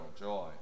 joy